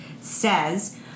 says